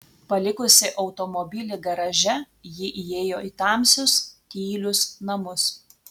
palikusi automobilį garaže ji įėjo į tamsius tylius namus